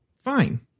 Fine